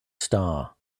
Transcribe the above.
star